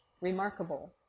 remarkable